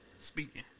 Speaking